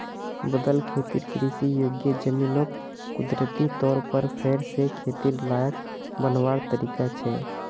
बदल खेतिर कृषि योग्य ज़मीनोक कुदरती तौर पर फेर से खेतिर लायक बनवार तरीका छे